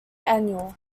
annual